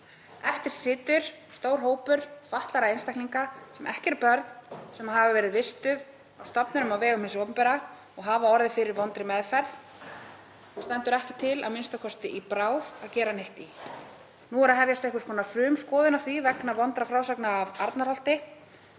Eftir situr stór hópur fatlaðra einstaklinga, sem ekki eru börn, sem hefur verið vistaður á stofnunum á vegum hins opinbera og hefur orðið fyrir vondri meðferð og stendur ekki til, a.m.k. ekki í bráð, að gera neitt í því. Nú er að hefjast einhvers konar frumskoðun á því vegna vondra frásagna af Arnarholti